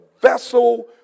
vessel